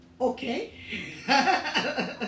Okay